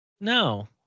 No